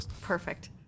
Perfect